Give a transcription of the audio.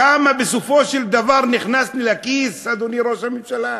כמה בסופו של דבר נכנס לי לכיס, אדוני ראש הממשלה.